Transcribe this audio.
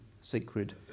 sacred